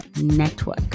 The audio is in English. network